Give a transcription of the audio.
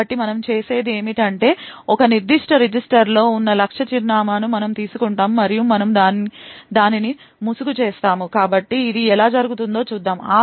కాబట్టి మనము చేసేది ఏమిటంటే ఒక నిర్దిష్ట రిజిస్టర్లో ఉన్న లక్ష్య చిరునామాను మనము తీసుకుంటాము మరియు మనము దానిని ముసుగు చేస్తాము కాబట్టి ఇది ఎలా జరిగిందో చూద్దాం